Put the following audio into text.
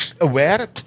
aware